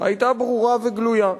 היתה ברורה וגלויה.